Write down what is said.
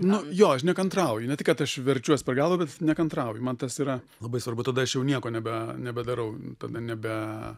nu jo aš nekantrauju ne tai kad aš verčiuosi pagalba bet nekantrauju man tas yra labai svarbu tada aš jau nieko nebe nebedarau tada nebe